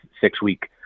six-week